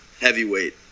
heavyweight